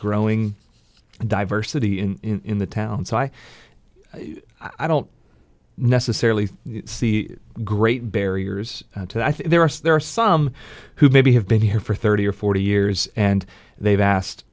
growing diversity in the town so i i don't necessarily see great barriers to i think there are there are some who maybe have been here for thirty or forty years and they've asked